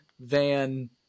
Van